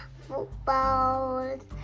footballs